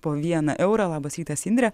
po vieną eurą labas rytas indre